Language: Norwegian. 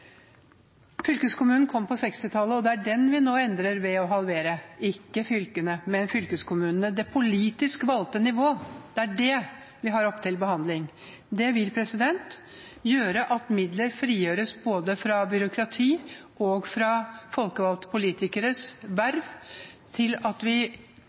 Fylkeskommunen kom på 60-tallet, og det er den vi nå endrer ved å halvere – ikke fylkene, men fylkeskommunene, det politisk valgte nivået. Det er det vi har oppe til behandling. Det vil gjøre at midler frigjøres både fra byråkrati og fra folkevalgte politikeres